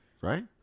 Right